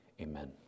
amen